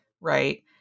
right